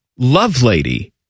Lovelady